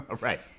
Right